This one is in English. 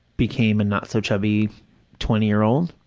became a not-so-chubby twenty year old,